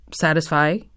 satisfy